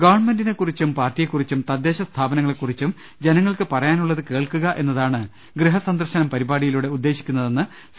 ഗവൺമെന്റിനെക്കുറിച്ചും പാർട്ടിയെക്കുറിച്ചും തദ്ദേശ സ്ഥാപനങ്ങളെക്കു റിച്ചും ജനങ്ങൾക്ക് പറയാനുള്ളത് കേൾക്കുക എന്നതാണ് ഗൃഹസന്ദർശനം പരിപാടിയിലൂടെ ഉദ്ദേശിക്കുന്നതെന്ന് സി